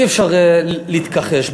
אי-אפשר להתכחש.